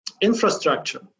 infrastructure